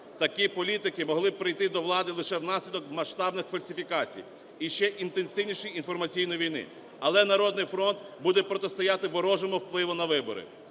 Такі політики могли б прийти до влади лише внаслідок масштабних фальсифікацій і ще інтенсивнішої інформаційної війни. Але "Народний фронт" буде протистояти ворожому впливу на вибори.